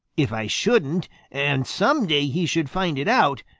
if i shouldn't and some day he should find it out,